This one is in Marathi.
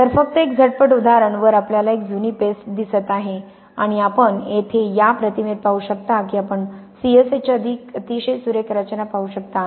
तर फक्त एक झटपट उदाहरण वर आपल्याला एक जुनी पेस्ट दिसत आहे आणि आपण येथे या प्रतिमेत पाहू शकता की आपण CS H ची अतिशय सुरेख रचना पाहू शकता